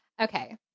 Okay